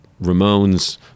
Ramones